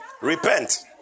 Repent